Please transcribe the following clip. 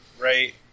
right